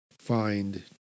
find